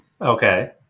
Okay